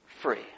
free